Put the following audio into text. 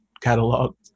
catalog